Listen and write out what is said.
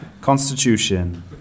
Constitution